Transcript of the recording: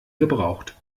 gebraucht